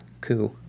coup